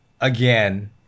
again